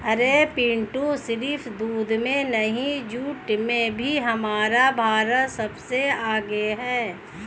अरे पिंटू सिर्फ दूध में नहीं जूट में भी हमारा भारत सबसे आगे हैं